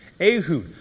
Ehud